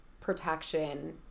protection